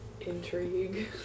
intrigue